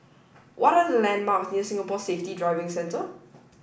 what are the landmarks near Singapore Safety Driving Centre